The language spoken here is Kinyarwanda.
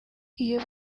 iyo